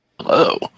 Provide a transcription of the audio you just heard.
Hello